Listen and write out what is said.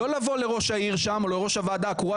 לא לבוא לראש העיר שם או לראש הוועדה הקרואה